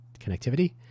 connectivity